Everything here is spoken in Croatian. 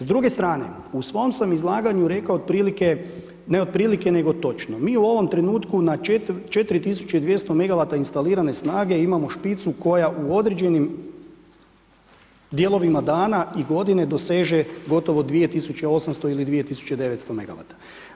S druge strane, u svom sam izlaganju rekao otprilike ne otprilike nego točno, mi u ovom trenutku na 4200 MW instalirane snage imamo špicu koja u određenim dijelovima dana i godine doseže gotovo 2800 ili 2900 MW.